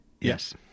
Yes